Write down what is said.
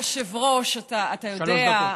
אדוני היושב-ראש, אתה יודע,